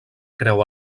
creu